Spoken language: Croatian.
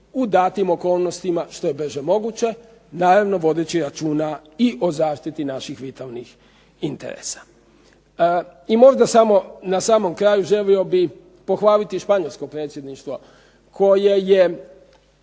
u datim okolnostima što je brže moguće. Naravno vodeći računa i o zaštiti naših vitalnih interesa. I možda na samom kraju želio bih pohvaliti španjolsko predsjedništvo koje je